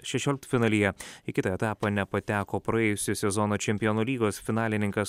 šešioliktfinalyje į kitą etapą nepateko praėjusio sezono čempionų lygos finalininkas